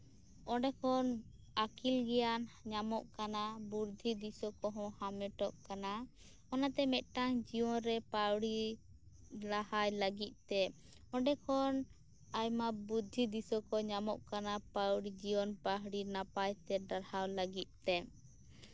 ᱚᱸᱰᱮ ᱠᱷᱚᱱ ᱟᱹᱠᱤᱞ ᱜᱮᱭᱟᱱ ᱧᱟᱢᱚᱜ ᱠᱟᱱᱟ ᱵᱩᱨᱫᱷᱤ ᱫᱤᱥᱟᱹ ᱠᱚᱸᱦᱚ ᱦᱟᱢᱮᱴᱚᱜ ᱠᱟᱱᱟ ᱚᱱᱟᱛᱮ ᱢᱤᱫᱴᱟᱱ ᱡᱤᱭᱚᱱ ᱨᱮ ᱯᱟᱹᱣᱲᱤ ᱞᱟᱦᱟᱭ ᱞᱟᱹᱜᱤᱫᱛᱮ ᱚᱸᱰᱮ ᱠᱷᱚᱱ ᱟᱭᱢᱟ ᱵᱩᱫᱽᱫᱷᱤ ᱫᱤᱥᱟᱹ ᱠᱚ ᱧᱟᱢᱚᱜ ᱠᱟᱱᱟ ᱡᱤᱭᱚᱱ ᱯᱟᱹᱣᱲᱤ ᱱᱟᱯᱟᱭ ᱛᱮ ᱰᱟᱨᱦᱟᱣ ᱞᱟᱹᱜᱤᱫ ᱛᱮ